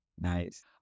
Nice